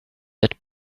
that